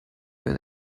been